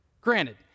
granted